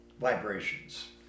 Vibrations